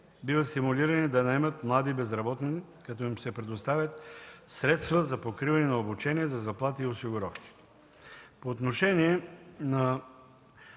биват стимулирани да наемат млади безработни, като им се предоставят средства за покриване на обучение, за заплати и осигуровки. По отношение на